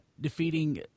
defeating